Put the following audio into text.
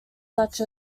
such